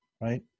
Right